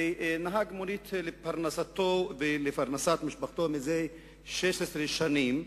והוא נהג מונית לפרנסתו ולפרנסת משפחתו זה 16 שנים.